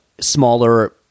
smaller